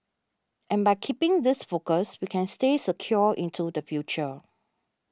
and by keeping this focus we can stay secure into the future